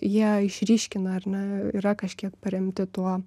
jie išryškina ar ne yra kažkiek paremti tuo